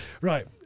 Right